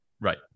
Right